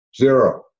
Zero